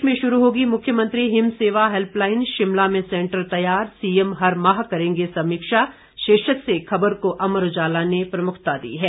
प्रदेश में शुरू होगी मुख्यंमत्री हिम सेवा हेल्पलाइन शिमला में सेंटर तैयार सीएम हर माह करेंगे समीक्षा शीर्षक से खबर को अमर उजाला ने प्रमुखता दी है